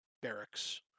barracks